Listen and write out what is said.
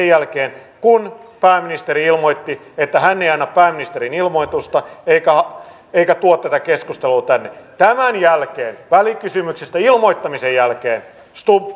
silloin kun hallitus ja oppositio keskenään pystyvät sopimaan asioista vuosiksi eteenpäin se kyllä kantaa ja vie myös budjettiin